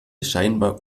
scheinbar